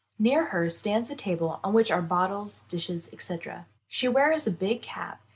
near her stands a table on which are bottles, dishes, etc. she wears a big cap,